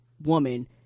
woman